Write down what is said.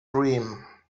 dream